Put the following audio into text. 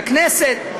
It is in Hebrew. לכנסת,